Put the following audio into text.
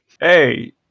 Hey